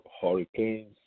hurricanes